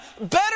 better